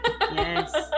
Yes